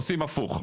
עושים הפוך,